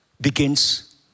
begins